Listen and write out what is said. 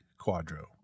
quadro